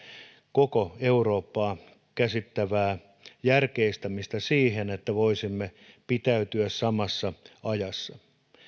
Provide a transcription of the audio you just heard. koko euroopan käsittävää järkeistämistä siihen että voisimme pitäytyä samassa ajassa